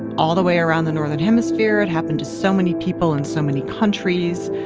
all the way around the northern hemisphere, it happened to so many people in so many countries.